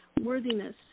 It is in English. Worthiness